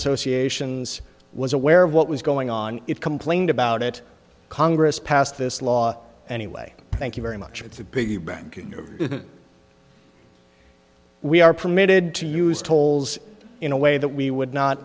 associations was aware of what was going on it complained about it congress passed this law anyway thank you very much it's a big bank we are permitted to use tolls in a way that we would not